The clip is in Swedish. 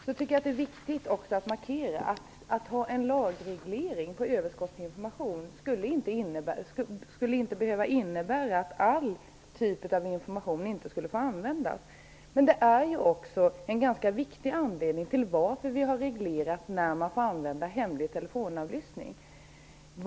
Jag tycker att det är viktigt att också markera att en lagreglering gällande överskottsinformation inte skulle behöva innebära att all slags information inte skulle få användas. Men det är också en ganska viktig anledning till att vi har reglerat när man får använda hemlig telefonavlyssning.